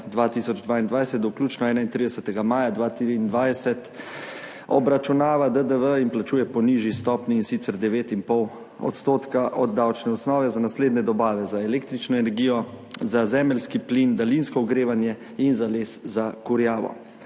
2022 do vključno 31. maja 2023 obračunava DDV in plačuje po nižji stopnji, in sicer 9,5 % od davčne osnove za naslednje dobave za električno energijo, za zemeljski plin, daljinsko ogrevanje in za les za kurjavo.